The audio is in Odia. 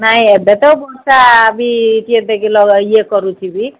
ନାଇଁ ଏବେ ତ ବର୍ଷା ବି କିଏ ଏତେ ଲ ଇଏ କରୁଛି ବି